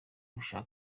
kubasha